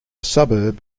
suburb